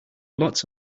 lots